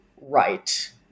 right